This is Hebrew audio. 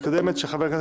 בקשת